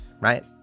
right